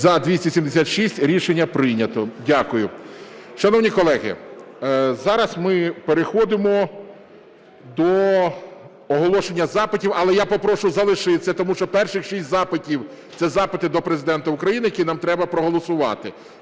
За-276 Рішення прийнято. Дякую. Шановні колеги, зараз ми переходимо до оголошення запитів, але я попрошу залишитися, тому що перші 6 запитів – це запити до Президента України, які нам треба проголосувати.